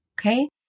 Okay